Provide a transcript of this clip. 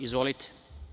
Izvolite.